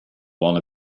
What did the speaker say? one